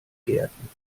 gärten